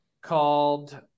called